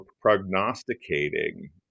prognosticating